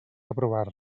aprovar